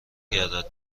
گردد